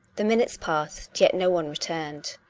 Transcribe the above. the minutes passed, yet no one returned.